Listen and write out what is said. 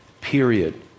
period